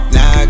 Now